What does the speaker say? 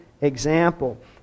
example